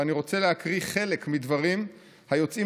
ואני רוצה להקריא חלק מדברים היוצאים